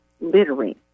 littering